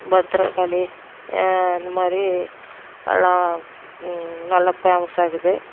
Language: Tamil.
பத்திரகாளி இந்த மாதிரி எல்லாம் நல்லா பேமஸ்ஸாக இருக்குது